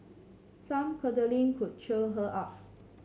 some cuddling could cheer her up